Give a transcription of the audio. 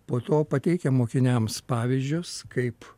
po to pateikia mokiniams pavyzdžius kaip